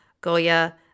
Goya